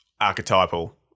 archetypal